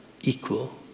equal